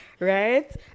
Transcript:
Right